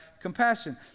compassion